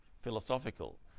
philosophical